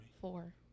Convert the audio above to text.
Four